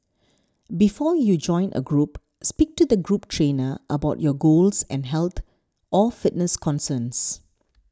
before you join a group speak to the group trainer about your goals and health or fitness concerns